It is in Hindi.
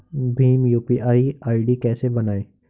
भीम यू.पी.आई आई.डी कैसे बनाएं?